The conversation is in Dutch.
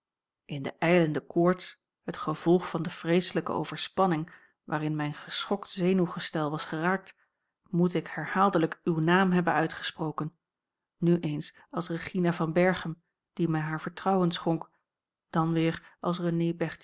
in de ijlende koorts het gevolg van de vreeslijke overspanning waarin mijn geschokt zenuwgestel was geraakt moet ik herhaaldelijk uw naam hebben uitgesproken nu eens als regina van berchem die mij haar vertrouwen schonk dan weer als renée